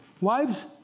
Wives